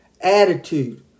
attitude